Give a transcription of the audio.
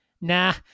nah